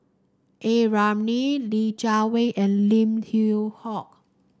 A Ramli Li Jiawei and Lim Yew Hock